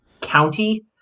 county